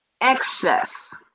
excess